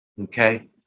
okay